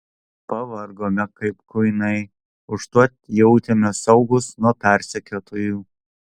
pavargome kaip kuinai užtat jautėmės saugūs nuo persekiotojų